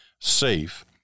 safe